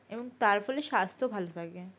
এবং তার ফলে স্বাস্থ্যও ভালো থাকে